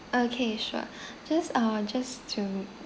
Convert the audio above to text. okay sure just uh just to